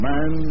Man